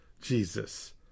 Jesus